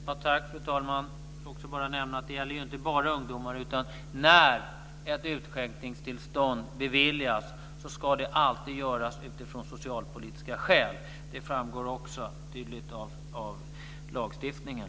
Fru talman! Jag vill bara nämna att det gäller ju inte bara ungdomar. När ett utskänkningstillstånd beviljas ska det alltid göras utifrån socialpolitiska skäl. Det framgår också tydligt av lagstiftningen.